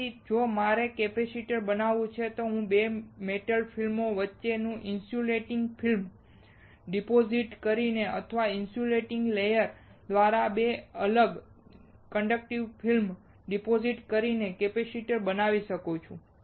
તેથી જો મારે કેપેસિટર બનાવવું છે તો હું 2 મેટલ ફિલ્મો ની વચ્ચે ઇન્સ્યુલેટીંગ ફિલ્મ ડિપોઝિટ કરીને અથવા ઇન્સ્યુલેટીંગ લેયર દ્વારા અલગ 2 કન્ડક્ટિવ ફિલ્મ ડિપોઝિટ કરીને કેપેસિટર બનાવી શકું છું